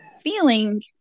feeling